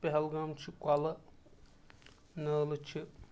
پہلگام چھِ کۄلہٕ نالہٕ چھِ